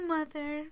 Mother